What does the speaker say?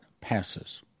passes